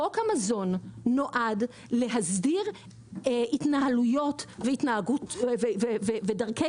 חוק המזון נועד להסדיר התנהלויות ודרכי